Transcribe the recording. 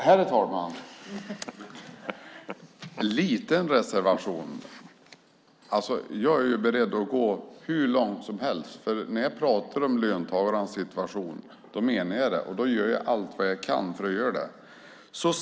Herr talman! En liten reservation - jag är ju beredd att gå hur långt som helst. När jag pratar om löntagarnas situation menar jag det jag säger och då gör jag allt jag kan.